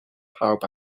pawb